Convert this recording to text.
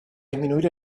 disminuir